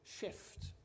shift